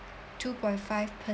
two point five percent